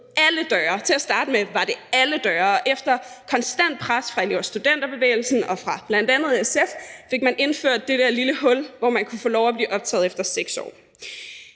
alle døre; til at starte med var det alle døre, og efter konstant pres fra Elev- og studenterbevægelsen og fra bl.a. SF fik man indført det der lille hul, hvor man kunne få lov at blive optaget efter 6 år.